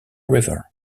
river